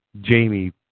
Jamie